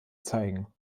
zeigen